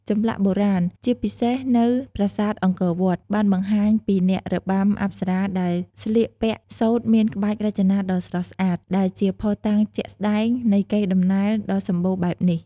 ចម្លាក់បុរាណ ជាពិសេសនៅប្រាសាទអង្គរវត្ត បានបង្ហាញពីអ្នករបាំអប្សរាដែលស្លៀកពាក់សូត្រមានក្បាច់រចនាដ៏ស្រស់ស្អាត ដែលជាភស្តុតាងជាក់ស្តែងនៃកេរ្តិ័ដំណែលដ៏សម្បូរបែបនេះ។